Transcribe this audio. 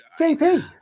JP